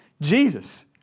Jesus